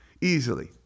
easily